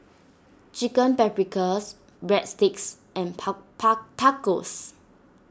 Chicken Paprikas Breadsticks and Tacos